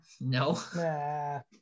no